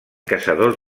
caçadors